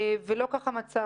לא כך המצב.